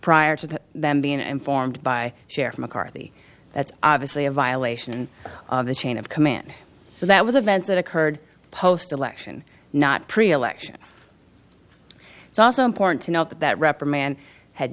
prior to them being informed by sheriff mccarthy that's obviously a violation of the chain of command so that was events that occurred post election not pre election it's also important to note that that reprimand had